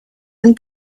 and